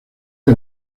que